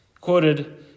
Quoted